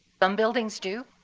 some buildings do,